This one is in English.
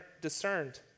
discerned